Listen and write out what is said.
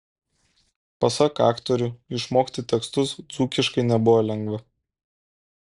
pasak aktorių išmokti tekstus dzūkiškai nebuvo lengva